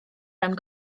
mewn